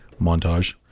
montage